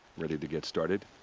ready to get started?